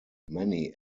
many